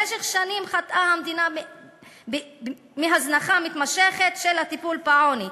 במשך שנים חטאה המדינה בהזנחה מתמשכת של הטיפול בעוני.